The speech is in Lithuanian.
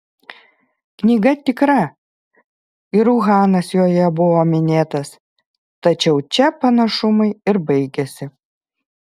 knyga tikra ir uhanas joje buvo minėtas tačiau čia panašumai ir baigiasi